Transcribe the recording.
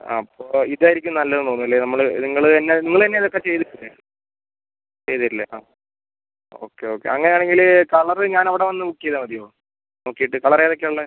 അപ്പോൾ ഇതായിരിക്കും നല്ലതെന്ന് തോന്നുന്നല്ലേ നമ്മൾ നിങ്ങൾ തന്നെ നിങ്ങൾ തന്നെ ഇതൊക്കെ ചെയ്ത് തരൂല്ലേ ചെയ്ത് തരൂലേ ആ ഓക്കെ ഓക്കെ അങ്ങനെ ആണെങ്കിൽ കളറ് ഞാൻ അവിടെ വന്ന് ബുക്ക് ചെയ്താൽ മതിയോ നോക്കീട്ട് കളർ ഏതൊക്കെയാണ് ഉള്ളത്